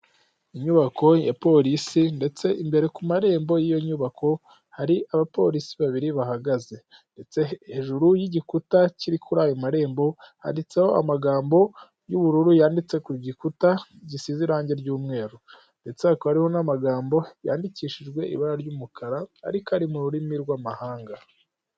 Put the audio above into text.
Inyubako ya polisi ndetse imbere ku marembo y'iyo nyubako, hari abapolisi babiri bahagaze, ndetse hejuru y'igikuta kiri kuri ayo marembo, handitseho amagambo y'ubururu yanditse ku gikuta gisize irangi ry'umweru, ndetse hakaba hariho n'amagambo yandikishijwe ibara ry'umukara ariko ari mu rurimi rw'amahanga.